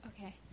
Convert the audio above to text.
Okay